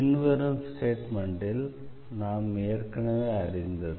பின்வரும் ஸ்டேட்மெண்ட் நாம் ஏற்கனவே அறிந்தது